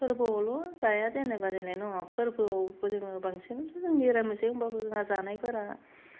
फोरबोआवल' जाया जेनेबा फालिनाय दङ फोरबोआवबो जोङो बांसिनाथ' जोंनि मिरामिस जायो होमबाबो जोंहा जानायफोरा